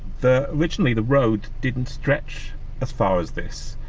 the originally the road didn't stretch as far as this,